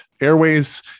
airways